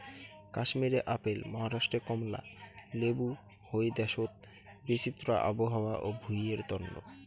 কাশ্মীরে আপেল, মহারাষ্ট্রে কমলা লেবু হই দ্যাশোত বিচিত্র আবহাওয়া ও ভুঁইয়ের তন্ন